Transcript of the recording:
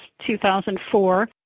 2004